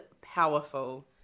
powerful